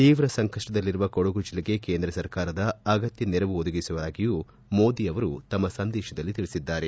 ತೀವ್ರ ಸಂಕಷ್ಟದಲ್ಲಿರುವ ಕೊಡಗು ಜಿಲ್ಲೆಗೆ ಕೇಂದ್ರ ಸರ್ಕಾರದ ಅಗತ್ಯ ನೆರವು ಒದಗಿಸುವುದಾಗಿಯೂ ಮೋದಿ ತಮ್ನ ಸಂದೇತದಲ್ಲಿ ತಿಳಿಸಿದ್ದಾರೆ